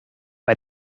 bei